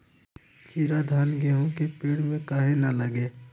कीरा धान, गेहूं के पेड़ में काहे न लगे?